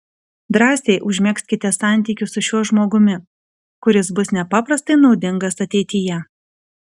drąsiai užmegzkite santykius su šiuo žmogumi kuris bus nepaprastai naudingas ateityje